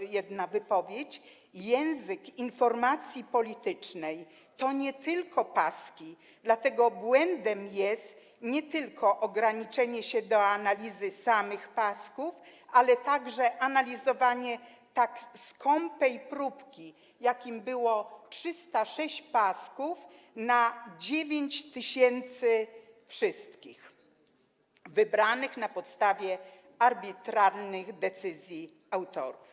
jedna wypowiedź: język informacji politycznej to nie tylko paski, dlatego błędem jest nie tylko ograniczenie się do analizy samych pasków, ale także analizowanie tak skąpej próbki, jaką stanowiło 306 pasków spośród 9 tys. - wszystkie wybrane były na podstawie arbitralnych decyzji autorów.